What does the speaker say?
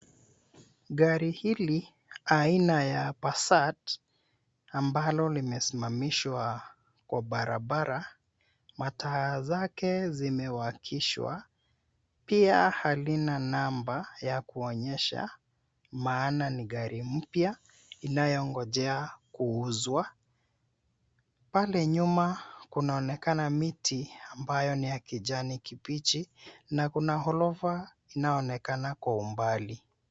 Gari hili aina ya Pasat ambalo limesimamishwa kwa barabara. Mataa zake zimewakishwa pia halina namba ya kuonyesha maana ni gari mpya inayongojea kuuzwa. Pale nyuma kunaonekana miti ambayo ni ya kijani kibichi na kuna orofa inayoonekana kwa umbali.